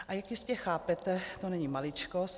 A jak jistě chápete, to není maličkost.